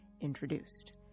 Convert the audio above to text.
introduced